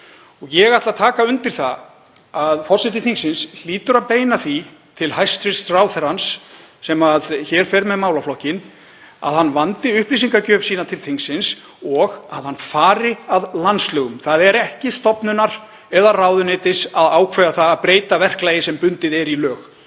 Ég tek undir það að forseti þingsins hlýtur að beina því til hæstv. ráðherra, sem fer með málaflokkinn, að hann vandi upplýsingagjöf sína til þingsins og að hann fari að landslögum. Það er ekki stofnunar eða ráðuneytis að ákveða að breyta verklagi sem bundið er í lög.